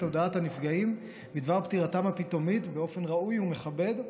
הודעת הנפגעים בדבר פטירתם הפתאומית באופן ראוי ומכובד,